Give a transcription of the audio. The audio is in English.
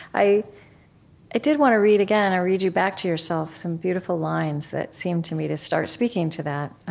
i did want to read again, i'll read you back to yourself some beautiful lines that seem to me to start speaking to that,